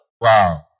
Wow